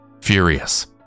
Furious